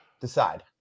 decide